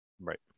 Right